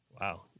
Wow